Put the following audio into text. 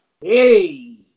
Hey